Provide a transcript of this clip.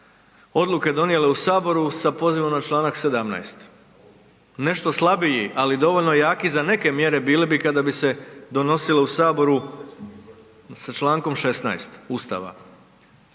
odluke donijele u saboru sa pozivom na čl. 17. Nešto slabiji, ali dovoljno jaki za neke mjere bili bi kada bi se donosile u saboru sa čl. 16. Ustava.